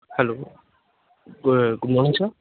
hello good morning sir